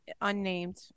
Unnamed